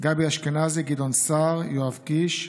גבי אשכנזי, גדעון סער, יואב קיש,